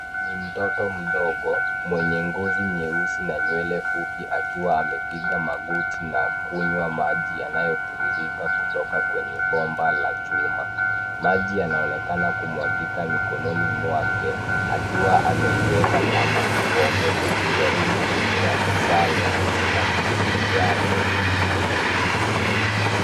Ni mtoto mdogo mwenye ngozi nyeusi na nywele fupi akiwa amepiga magoti na kunywa maji yanayotiririka kutoka kwenye bomba la chuma .Maji yanaonekana kumwagika mikononi mwake akiwa ameiweka kama kikombe kujaribu kuyakusanya na kuyanywa.